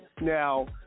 Now